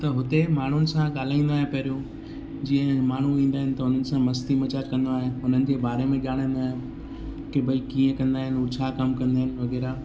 त हुते माण्हुनि सां ॻाल्हांईंदो आहियां पहिरियों जीअं माण्हू ईंदा आहिनि त उन्हनि सां मस्ती मज़ाक़ कंदो आहियां उन्हनि जे बारे में ॼाणींदो आहियां की भई कीअं कंदा आहिनि हू छा कमु कंदा आहिनि वग़ैरह